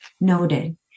noted